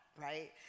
right